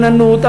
גננות,